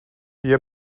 بیا